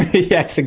yes,